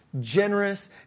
generous